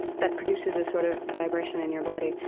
that produces a sort of vibration in your body.